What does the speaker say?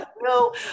No